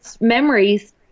memories